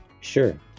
Sure